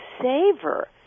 savor